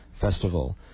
Festival